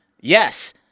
yes